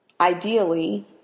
ideally